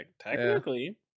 technically